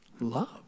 love